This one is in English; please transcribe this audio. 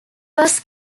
was